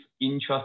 interest